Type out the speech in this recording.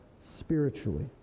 spiritually